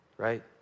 right